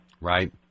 Right